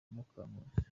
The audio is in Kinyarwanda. mukankusi